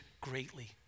greatly